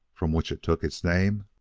from which it took its name,